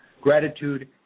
Gratitude